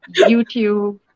youtube